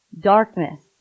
Darkness